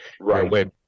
Right